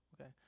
okay